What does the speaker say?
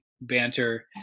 banter